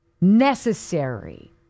necessary